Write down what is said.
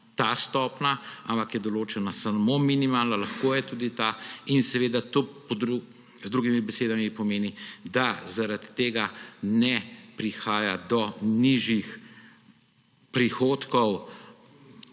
te stopnje, ampak je določena samo minimalna, lahko je tudi ta. Z drugimi besedami to pomeni, da zaradi tega ne prihaja do nižjih prihodkov